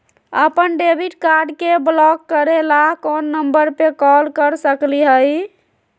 अपन debit card के block करे ला कौन नंबर पे कॉल कर सकली हई?